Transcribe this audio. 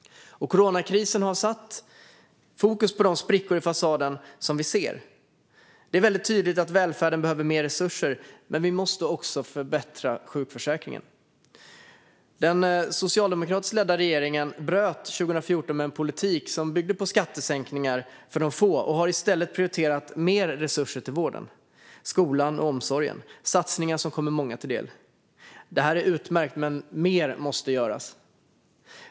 Coronakrisen har satt fokus på de sprickor i fasaden som vi ser. Det är väldigt tydligt att välfärden behöver mer resurser, men vi måste också förbättra sjukförsäkringen. Den socialdemokratiskt ledda regeringen bröt 2014 med en politik som byggde på skattesänkningar för de få och har i stället prioriterat mer resurser till vården, skolan och omsorgen. Det är satsningar som kommer många till del. Detta är utmärkt, men mer måste göras.